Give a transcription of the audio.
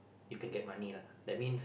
you can get money lah that means